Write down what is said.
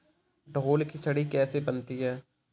ढोल की छड़ी कैसे बनती है?